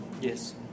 Yes